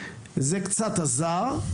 זה קצת עזר,